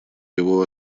его